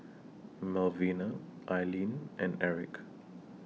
Malvina Ailene and Erik